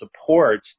support